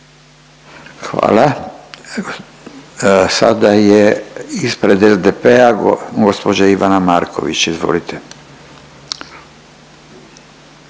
Hvala. Sada je ispred SDP-a, gđa Ivana Marković, izvolite.